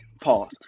Pause